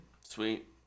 sweet